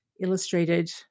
illustrated